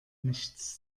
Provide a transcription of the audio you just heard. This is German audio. nichts